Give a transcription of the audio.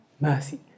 Mercy